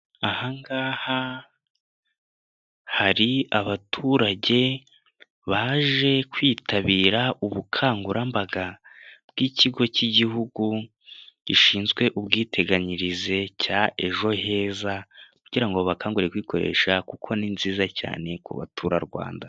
Ahangaha hari abaturage baje kwitabira ubukangurambaga bw'ikigo cy'igihugu gishinzwe ubwiteganyirize cya ejo heza kugira ngo bakangurire kwikoresha kuko ni nziza cyane ku baturarwanda.